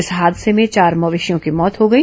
इस हादसे में चार मवेशियों की मौत हो गई